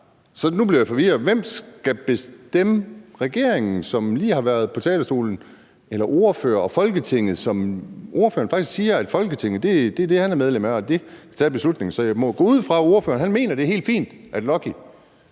Så nu bliver jeg forvirret. Hvem skal bestemme? Er det regeringen, som lige har været på talerstolen, eller ordførere og Folketinget? Ordføreren siger, at Folketinget er det, han er medlem af, og at de tager beslutningen. Så jeg må gå ud fra, at ordføreren mener, det er helt fint, at Lucky